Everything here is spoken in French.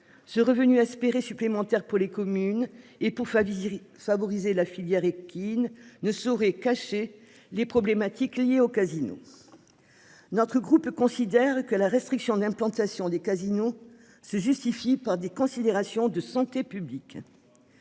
Ce revenu espéré supplémentaire pour les communes et pour. Favoriser la filière équine ne saurait cacher les problématiques liées au casino. Notre groupe considère que la restriction d'implantation des casinos se justifie par des considérations de santé publique.